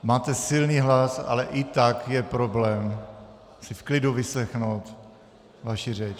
Máte silný hlas, ale i tak je problém si v klidu vyslechnout vaši řeč.